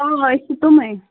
آ أسۍ چھِ تِمے